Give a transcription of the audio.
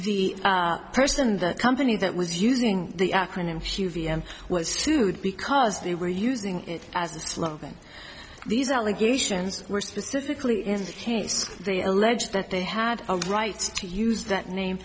case the person the company that was using the acronym she was sued because they were using it as a slogan these allegations were specifically is case they allege that they had a right to use that name